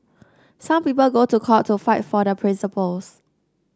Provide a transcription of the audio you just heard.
some people go to court to fight for their principles